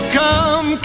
come